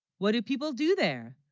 what do people do there?